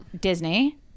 Disney